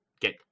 get